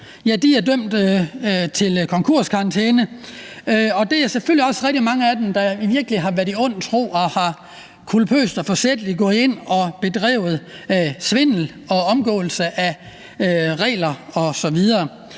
der er dømt til konkurskarantæne, og der er selvfølgelig også rigtig mange af dem, der virkelig har været i ond tro, og som culpøst og forsætligt er gået ind og har bedrevet svindel og omgåelse af regler osv.